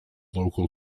local